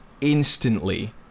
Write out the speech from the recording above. instantly